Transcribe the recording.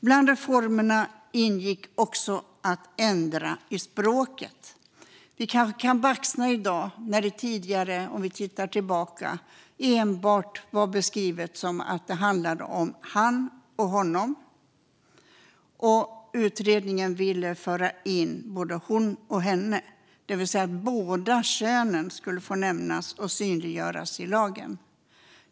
Bland reformerna ingick också att ändra i språket. Vi kanske baxnar i dag när vi tittar tillbaka och ser att det beskrevs som att det enbart handlade om han och honom. Utredningen ville föra in både hon och henne, det vill säga att båda könen skulle få nämnas och synliggöras i lagen.